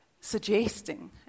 suggesting